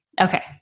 Okay